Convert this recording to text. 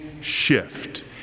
shift